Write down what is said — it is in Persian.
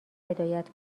هدایت